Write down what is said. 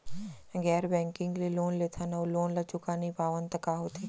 गैर बैंकिंग ले लोन लेथन अऊ लोन ल चुका नहीं पावन त का होथे?